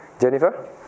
Jennifer